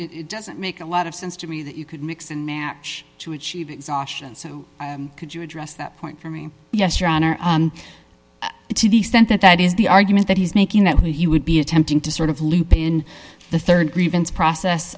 in doesn't make a lot of sense to me that you could mix and match to achieve exhaustion could you address that point for me yes your honor to the extent that that is the argument that he's making that he would be attempting to sort of loop in the rd grievance process